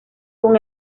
con